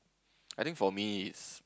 I think for me is